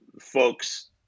folks